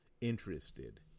interested